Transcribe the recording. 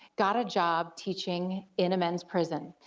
got a job teaching in a men's prison.